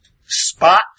spot